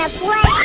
play